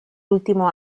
último